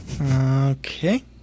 okay